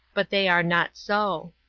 but they are not so.